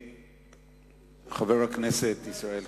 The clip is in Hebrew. חבר הכנסת ישראל חסון,